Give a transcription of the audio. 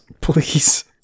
please